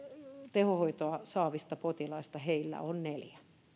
tehohoitoa saavista potilaista heillä on neljä